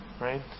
Right